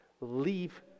leave